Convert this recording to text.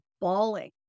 bawling